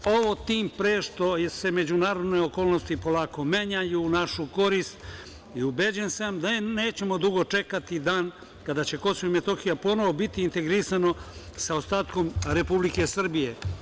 Ovo tim pre što se međunarodne okolnosti polako menjaju u našu korist i ubeđen sam da nećemo dugo čekati dan kada će Kosovo i Metohija ponovo biti integrisana sa ostatkom Republike Srbije.